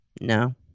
No